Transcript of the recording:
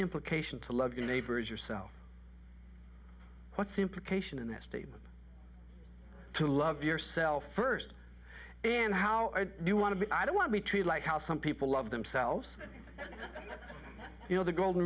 implication to love your neighbor as yourself what's the implication in that statement to love yourself first and how do you want to be i don't want to be treated like how some people love themselves you know the golden